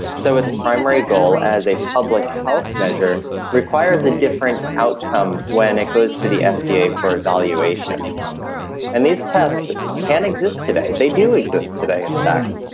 so it's primary goal as a public health measure requires a different outcome when it goes to the fda for evaluation and these tests can exist today. they do exist today, in fact,